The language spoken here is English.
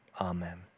amen